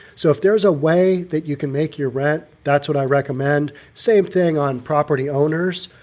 so if there's a way that you can make your rent, that's what i recommend. same thing on property owners,